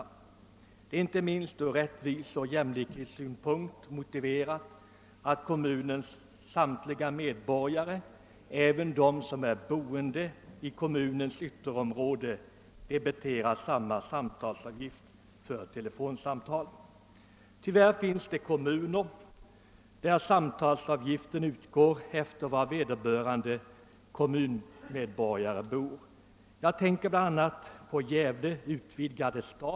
Det är inte minst ur rättviseoch jämlikhetssynpunkt motiverat att kommunens samtliga medborgare — även de som bor i kommunens ytterområden — debiteras samma samtalsavgift för telefonsamtal. Tyvärr finns det kommuner där samtalsavgiften utgår efter var vederbörande kommunmedborgare bor. Jag tänker bl.a. på Gävle.